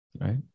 right